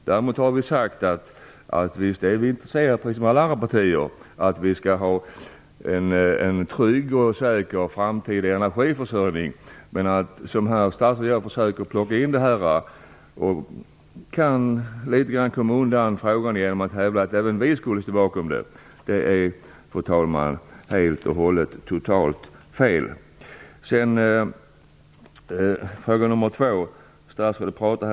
Däremot har vi sagt att vi, liksom alla andra partier, är intresserade av att vi har en trygg och säker framtida energiförsörjning. Men statsrådet försöker här komma undan frågan genom att hävda att även vi skulle stå bakom detta. Det är totalt fel, fru talman. Låt mig sedan gå över till min andra fråga.